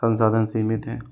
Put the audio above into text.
संसाधन सीमित हैं